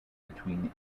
between